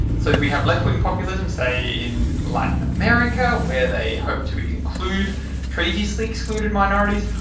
so we have left-wing populism, say in latin america where they hope to include previously excluded minorities.